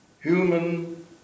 Human